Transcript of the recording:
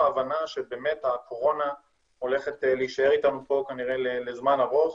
הבנה שהקורונה הולכת להישאר איתנו כנראה לזמן ארוך